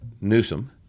Newsom